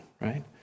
right